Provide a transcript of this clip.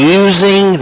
using